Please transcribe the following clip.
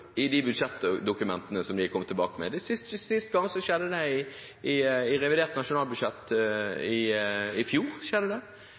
i de budsjettdokumentene som de kommer tilbake med. Sist gang skjedde det i forbindelse med revidert nasjonalbudsjett